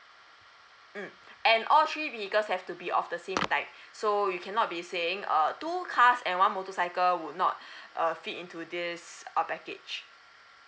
mm and all three vehicles have to be of the same time so you cannot be saying err two cars and one motorcycle would not err fit into this uh package